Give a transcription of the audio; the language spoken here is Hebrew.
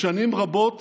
לשנים רבות